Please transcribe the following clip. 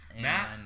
Matt